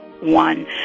one